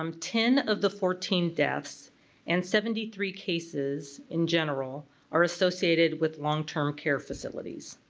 um ten of the fourteen deaths and seventy three cases in general are associated with long-term care facilities.